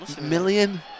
million